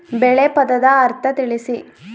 ಬೆಳೆ ಪದದ ಅರ್ಥ ತಿಳಿಸಿ?